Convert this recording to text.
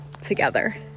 together